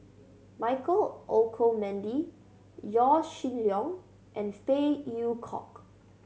Michael Olcomendy Yaw Shin Leong and Phey Yew Kok